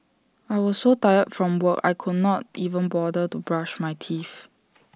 I was so tired from work I could not even bother to brush my teeth